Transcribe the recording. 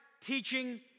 teaching